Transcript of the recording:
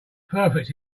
perfect